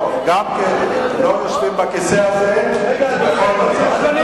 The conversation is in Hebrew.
לא יושבים בכיסא הזה בכל מצב.